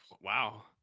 Wow